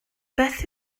beth